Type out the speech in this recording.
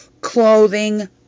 clothing